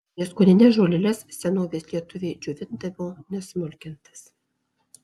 prieskonines žoleles senovės lietuviai džiovindavo nesmulkintas